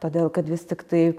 todėl kad vis tiktai